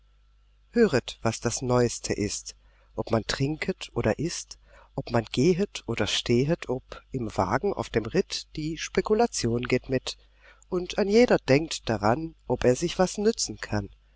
höret was das neueste ist ob man trinket oder ißt ob man gehet oder stehet ob im wagen auf dem ritt die spekulation geht mit und ein jeder denkt daran ob er sich was nützen kann